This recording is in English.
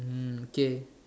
mm okay